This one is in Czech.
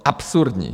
Absurdní.